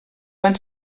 van